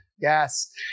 Yes